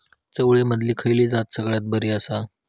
चवळीमधली खयली जात सगळ्यात बरी आसा?